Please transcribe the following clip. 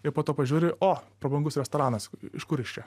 ir po to pažiūri o prabangus restoranas iš kur jis čia